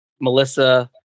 Melissa